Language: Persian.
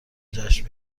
جشن